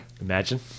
Imagine